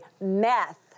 Meth